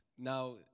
Now